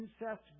incest